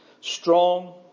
strong